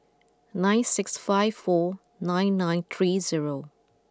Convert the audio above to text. nine six five four nine nine three zero